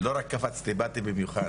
לא רק קפצתי, באתי במיוחד.